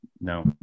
No